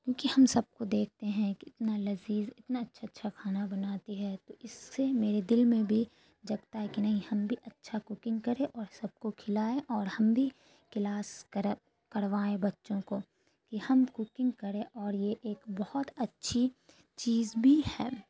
کیونکہ ہم سب کو دیکھتے ہیں کہ اتنا لذیذ اتنا اچھا اچھا کھانا بناتی ہے تو اس سے میرے دل میں بھی جگتا ہے کہ نہیں ہم بھی اچھا کوکنگ کریں اور سب کو کھلائیں اور ہم بھی کلاس کریں کروائیں بچوں کو کہ ہم کوکنگ کریں اور یہ ایک بہت اچھی چیز بھی ہے